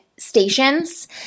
stations